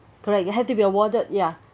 correct you have to be warded ya